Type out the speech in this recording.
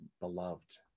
beloved